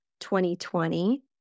2020